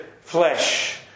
flesh